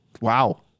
wow